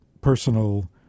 personal